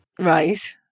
Right